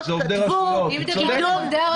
כתבו: קידום --- אלה עובדי רשויות.